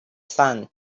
sun